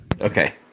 Okay